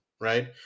right